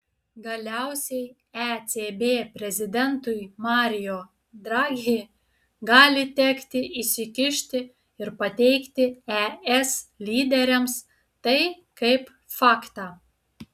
galiausiai ecb prezidentui mario draghi gali tekti įsikišti ir pateikti es lyderiams tai kaip faktą